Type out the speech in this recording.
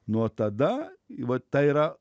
nuo tada va ta yra